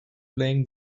playing